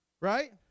Right